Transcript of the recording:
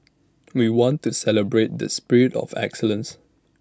we want to celebrate this spirit of excellence